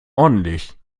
ordentlich